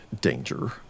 danger